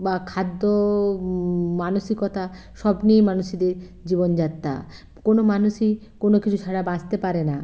বা খাদ্য মানসিকতা সব নিয়েই মানুষদের জীবনযাত্রা কোনো মানুষই কোনো কিছু ছাড়া বাঁচতে পারে না